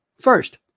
First